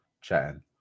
chatting